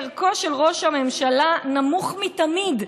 ערכו של ראש הממשלה נמוך מתמיד,